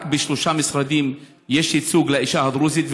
רק בשלושה משרדים יש ייצוג לאישה הדרוזית,